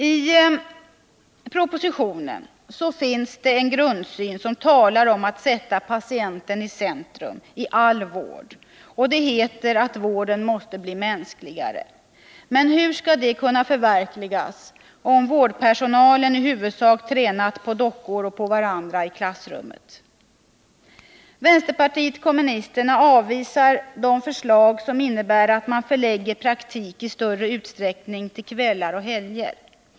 I propositionen ges uttryck för en grundsyn som innebär att man skall sätta patienten i centrum i all vård, och det heter att vården måste bli mänskligare. Men hur skall det kunna förverkligas, om vårdpersonalen i huvudsak tränat på dockor och på varandra i klassrummet? Vänsterpartiet kommunisterna avvisar de förslag som innebär att man i större utsträckning förlägger praktik till kvällar och helger.